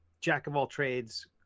jack-of-all-trades